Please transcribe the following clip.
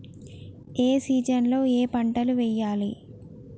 ఏ season లో ఏం పంటలు వెయ్యాలి?